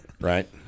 right